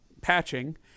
patching